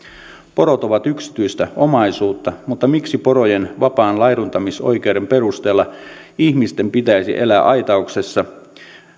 porot ovat yksityistä omaisuutta mutta miksi porojen vapaan laiduntamisoikeuden perusteella ihmisten pitäisi elää aitauksessa